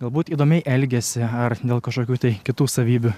galbūt įdomiai elgiasi ar dėl kažkokių tai kitų savybių